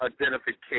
identification